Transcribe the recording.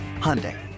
Hyundai